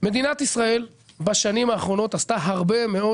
מדינת ישראל בשנים האחרונות עשתה הרבה מאוד